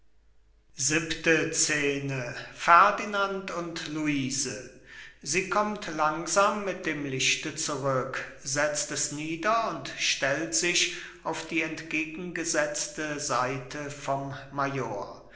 fahrensiebente scene ferdinand und luise sie kommt langsam mit dem lichte zurück setzt es nieder und stellt sich auf die entgegengesetzte seite vom major